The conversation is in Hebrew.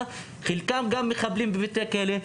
אלא חלקם הפכו להיות מחבלים בבית הכלא.